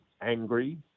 angry